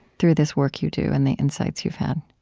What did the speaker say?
through this work you do and the insights you've had